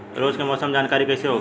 रोज के मौसम के जानकारी कइसे होखि?